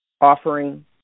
offering